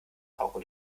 auge